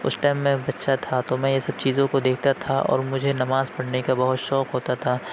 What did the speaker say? اُس ٹائم میں بچہ تھا تو میں یہ سب چیزوں کو دیکھتا تھا اور مجھے نماز پڑھنے کا بہت شوق ہوتا تھا